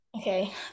okay